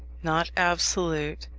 not absolute,